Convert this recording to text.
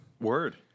Word